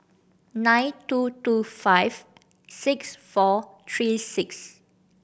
nine two two five six four three six